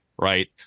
right